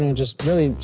um just, really,